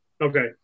Okay